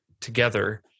together